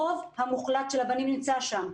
הרוב המוחלט של הבנים נמצא שם,